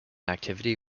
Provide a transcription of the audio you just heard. activity